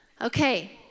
okay